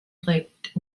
trägt